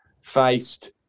faced